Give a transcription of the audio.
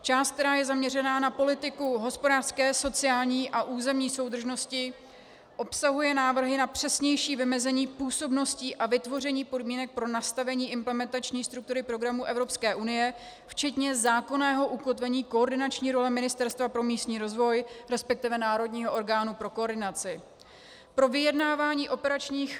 Část, která je zaměřena na politiku hospodářské, sociální a územní soudržnosti, obsahuje návrhy na přesnější vymezení působností a vytvoření podmínek pro nastavení implementační struktury programů Evropské unie včetně zákonného ukotvení koordinační role Ministerstva pro místní rozvoj, resp. národního orgánu pro koordinaci.